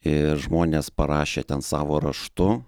ir žmonės parašė ten savo raštu